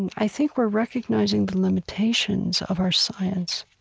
and i think we're recognizing the limitations of our science.